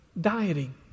Dieting